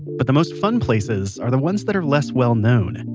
but the most fun places are the ones that are less well-known. and